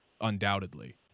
undoubtedly